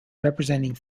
representing